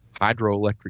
hydroelectric